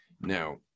Now